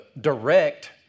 direct